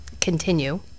continue